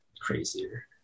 crazier